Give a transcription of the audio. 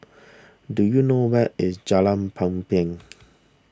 do you know where is Jalan Papan